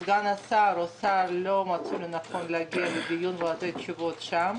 סגן השר או השר לא מצאו לנכון להגיע לדיון ולתת תשובות שם.